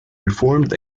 reformed